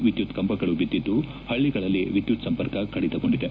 ಎದ್ದುತ್ ಕಂಬಗಳು ಬಿದ್ದಿದ್ದು ಪಳ್ಳಗಳಲ್ಲಿ ವಿದ್ಯುತ್ ಸಂಪರ್ಕ ಕಡಿತಗೊಂಡಿದೆ